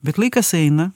bet laikas eina